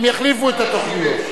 הם יחליפו את התוכניות.